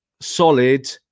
solid